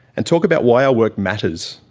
and talk about why our work matters,